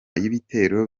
y’ibitero